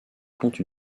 compte